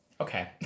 Okay